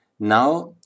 Now